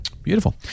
Beautiful